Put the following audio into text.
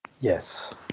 Yes